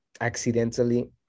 accidentally